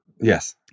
Yes